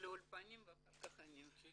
לאולפנים לדבר ואחר כך אני --- נציג